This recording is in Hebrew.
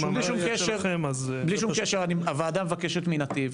בלי שום קשר, הוועדה מבקשת מ"נתיב".